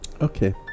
Okay